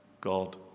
God